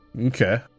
Okay